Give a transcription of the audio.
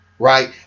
Right